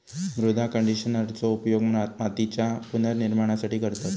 मृदा कंडिशनरचो उपयोग मातीच्या पुनर्निर्माणासाठी करतत